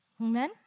Amen